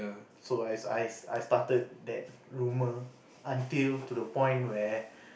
so is I I started that rumor until to the point where